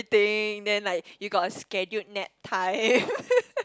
~thing then like you got a scheduled nap time